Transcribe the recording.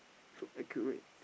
so accurate